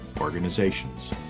organizations